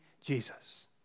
Jesus